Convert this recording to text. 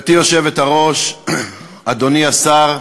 גברתי היושבת-ראש, אדוני השר,